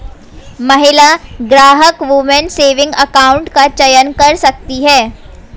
महिला ग्राहक woman saving account का चयन कर सकती है